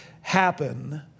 happen